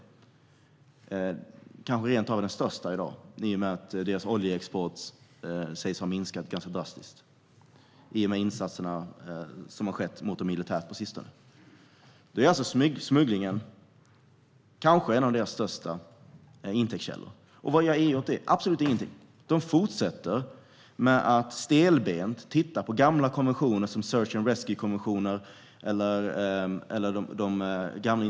Det kanske rent av är den största i dag, eftersom deras oljeexport sägs ha minskat ganska drastiskt i och med de militära insatser mot dem som har skett på sistone. Smugglingen är alltså kanske en av IS allra största inkomstkällor, och vad gör EU åt det? Absolut ingenting! Man fortsätter med att stelbent titta på gamla konventioner om search and rescue eller hjälp i sjönöd.